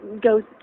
go